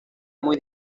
muy